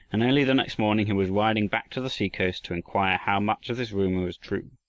and early the next morning, he was riding back to the seacoast, to inquire how much of this rumor was true.